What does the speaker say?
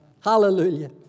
Hallelujah